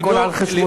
הכול על חשבונך.